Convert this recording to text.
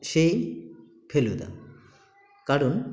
সেই ফেলুদা কারণ